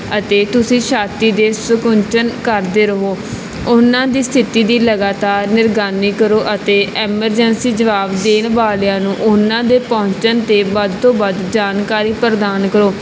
ਅਤੇ ਤੁਸੀਂ ਛਾਤੀ ਦੇ ਸਕੁੰਚਣ ਕਰਦੇ ਰਹੋ ਉਹਨਾਂ ਦੀ ਸਥਿਤੀ ਦੀ ਲਗਾਤਾਰ ਨਿਗਰਾਨੀ ਕਰੋ ਅਤੇ ਐਮਰਜੈਂਸੀ ਜਵਾਬ ਦੇਣ ਵਾਲਿਆਂ ਨੂੰ ਉਹਨਾਂ ਦੇ ਪਹੁੰਚਣ 'ਤੇ ਵੱਧ ਤੋਂ ਵੱਧ ਜਾਣਕਾਰੀ ਪ੍ਰਦਾਨ ਕਰੋ